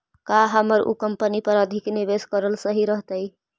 का हमर उ कंपनी पर अधिक निवेश करल सही रहतई?